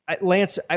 lance